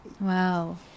Wow